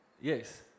Yes